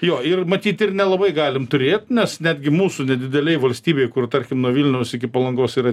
jo ir matyt ir nelabai galim turėt nes netgi mūsų nedidelėj valstybėj kur tarkim nuo vilniaus iki palangos yra